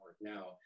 now